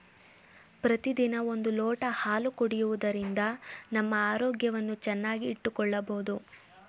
ಪ್ರತಿದಿನ ಒಂದು ಲೋಟ ಹಾಲು ಕುಡಿಯುವುದರಿಂದ ನಮ್ಮ ಆರೋಗ್ಯವನ್ನು ಚೆನ್ನಾಗಿ ಇಟ್ಟುಕೊಳ್ಳಬೋದು